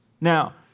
Now